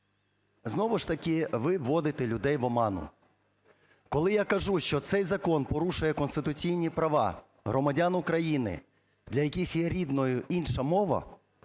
знову ж таки ви вводите людей в оману. Коли я кажу, що цей закон порушує конституційні права громадян України, для яких є рідною інша мова,